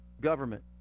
Government